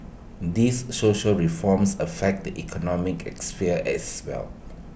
these social reforms affect the economic sphere as well